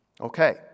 Okay